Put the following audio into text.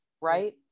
Right